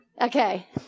Okay